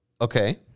Okay